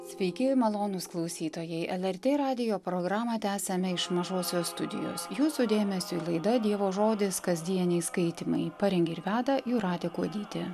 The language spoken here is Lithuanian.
sveiki malonūs klausytojai el er t radijo programą tęsiame iš mažosios studijos jūsų dėmesiui laida dievo žodis kasdieniai skaitymai parengė ir veda jūratė kuodytė